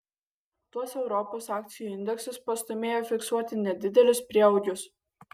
tuos europos akcijų indeksus pastūmėjo fiksuoti nedidelius prieaugius